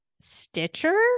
Stitcher